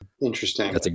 Interesting